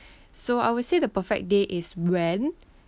so I would say the perfect day is when